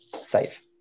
safe